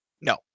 No